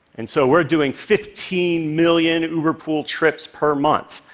and so we're doing fifteen million uberpool trips per month,